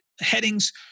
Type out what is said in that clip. headings